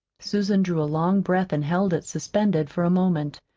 susan drew a long breath and held it suspended for a moment.